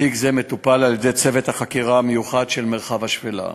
תיק זה מטופל על-ידי צוות החקירה המיוחד של מרחב השפלה.